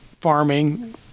farming